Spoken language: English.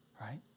right